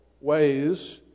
ways